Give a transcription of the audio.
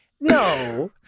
No